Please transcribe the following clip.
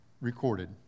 recorded